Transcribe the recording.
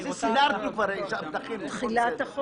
את זה סידרנו, דחינו.